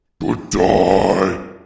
Goodbye